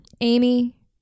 amy